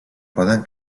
poden